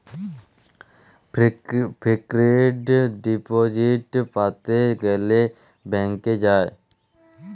fixed deposit প্যাতে গ্যালে ব্যাংকে যায়